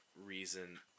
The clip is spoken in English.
reason